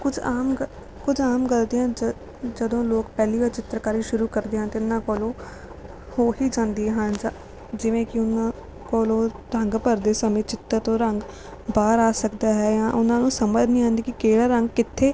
ਕੁਝ ਆਮ ਕੁਝ ਆਮ ਗਲਤੀਆਂ ਜਦ ਜਦੋਂ ਲੋਕ ਪਹਿਲੀ ਵਾਰ ਚਿੱਤਰਕਾਰੀ ਸ਼ੁਰੂ ਕਰਦੇ ਹਨ ਅਤੇ ਇਹਨਾਂ ਕੋਲੋਂ ਹੋ ਹੀ ਜਾਂਦੀਆਂ ਹਨ ਜਾਂ ਜਿਵੇਂ ਕਿ ਉਹਨਾਂ ਕੋਲੋਂ ਰੰਗ ਭਰਦੇ ਸਮੇਂ ਚਿੱਤਰ ਤੋਂ ਰੰਗ ਬਾਹਰ ਆ ਸਕਦਾ ਹੈ ਜਾਂ ਉਹਨਾਂ ਨੂੰ ਸਮਝ ਨਹੀਂ ਆਉਂਦੀ ਕਿ ਕਿਹੜਾ ਰੰਗ ਕਿੱਥੇ